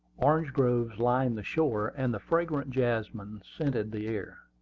orange groves lined the shore, and the fragrant jasmine scented the air.